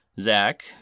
Zach